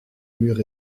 murs